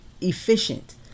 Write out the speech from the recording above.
efficient